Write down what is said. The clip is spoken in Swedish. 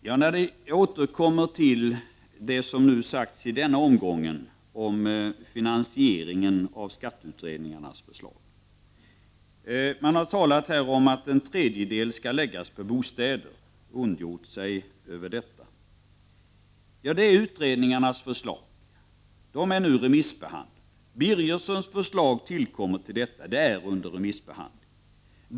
Herr talman! Vi återkommer till det som nu sagts i denna omgång om finansieringen av skatteutredningarnas förslag. Det har här talats om att en tredjedel av kostnaderna skall läggas på bostäderna, och man har ondgjort sig över detta. Ja, det är utredningarnas förslag. Dessa är nu remissbehand lade. Birgerssons förslag tillkommer och är nu föremål för remissbehandling.